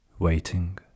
Waiting